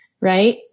right